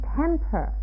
temper